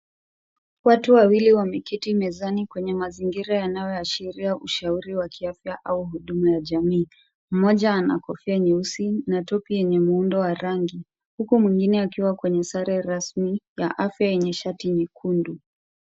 Watu wawili wameketi mezani kwenye mazingira yanayoashiria ushauri wa kiafya au huduma ya jamii. Mmoja ana kofia nyeusi na topu yenye muundo wa rangi, huku wengine akiwa kwenye sare rasmi ya afya yenye shati nyekundu.